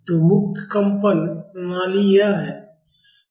तो मुक्त कंपन प्रणाली यह है